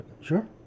Sure